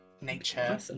Nature